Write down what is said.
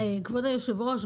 כבוד היושב-ראש,